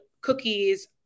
cookies